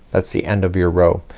that's the end of your row.